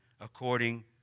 according